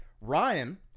Ryan